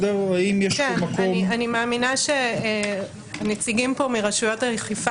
אני מאמינה שהנציגים פה מרשויות האכיפה